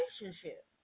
relationship